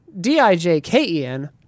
D-I-J-K-E-N